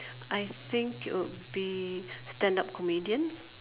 I think it would be stand up comedian